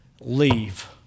leave